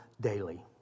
daily